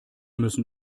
müssen